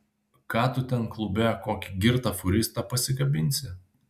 ką tu ten klube kokį girtą fūristą pasikabinsi